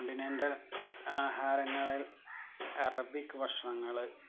continental ആഹാരങ്ങളിൽ Arabic ഭക്ഷ്ണങ്ങൾ